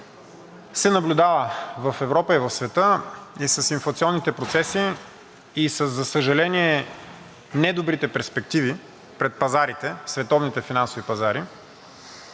се наблюдава в Европа и в света, и с инфлационните процеси, за съжаление, недобрите перспективи пред световните финансови пазари,